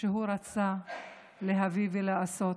שהוא רצה להביא ולעשות.